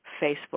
Facebook